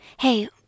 Hey